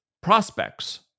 prospects